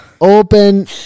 open